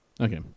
okay